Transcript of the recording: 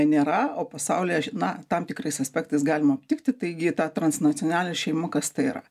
nėra o pasaulyje na tam tikrais aspektais galima aptikti taigi ta transnacionalinė šeima kas tai yra